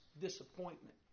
disappointment